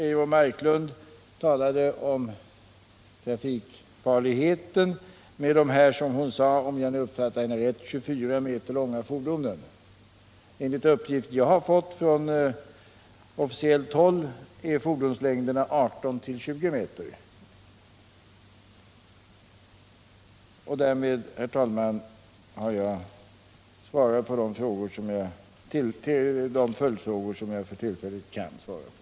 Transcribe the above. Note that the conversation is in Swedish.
Eivor Marklund talade om trafikfarligheten vid, om jag nu uppfattade henne rätt, de 24 m långa fordonen. Enligt uppgifter jag har fått från officiellt håll är fordonslängderna 18-20 m. Därmed har jag, herr talman, svarat på de följdfrågor som jag för tillfället kan svara på.